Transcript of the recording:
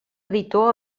editor